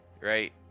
Right